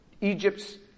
Egypt's